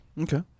Okay